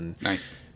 Nice